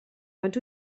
ond